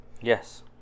Yes